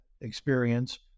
experience